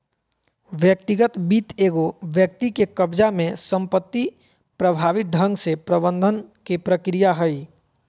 व्यक्तिगत वित्त एगो व्यक्ति के कब्ज़ा में संपत्ति प्रभावी ढंग से प्रबंधन के प्रक्रिया हइ